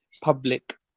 public